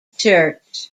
church